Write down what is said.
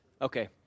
Okay